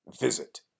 visit